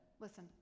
listen